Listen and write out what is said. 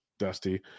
dusty